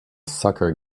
soccer